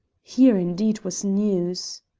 here indeed was news